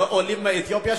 והעולים מאתיופיה,